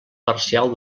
parcial